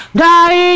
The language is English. die